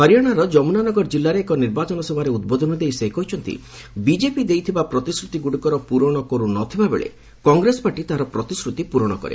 ହରିୟାଶାର ଯମୁନାନଗର କିଲ୍ଲାରେ ଏକ ନିର୍ବାଚନ ସଭାରେ ଉଦ୍ବୋଧନ ଦେଇ ସେ କହିଛନ୍ତି ବିଜେପି ଦେଇଥିବା ପ୍ରତିଶ୍ରୁତିଗୁଡିକର ପୂରଣ କରୁ ନ ଥିବାବେଳେ କଂଗ୍ରେସ ପାର୍ଟି ତାହାର ପ୍ରତିଶ୍ରୁତି ପୂରଣ କରେ